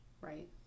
Right